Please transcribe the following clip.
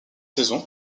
saison